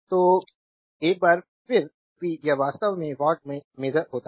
तो एक बार फिर पी या वास्तव में वाट में मेजर होता है